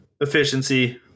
efficiency